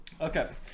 Okay